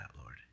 Lord